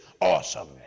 awesome